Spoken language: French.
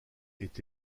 est